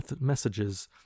messages